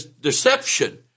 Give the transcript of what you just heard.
deception